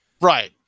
Right